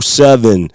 seven